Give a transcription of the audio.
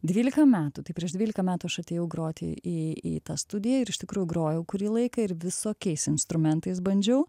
dvylika metų tai prieš dvylika metų aš atėjau groti į į tą studiją ir iš tikrųjų grojau kurį laiką ir visokiais instrumentais bandžiau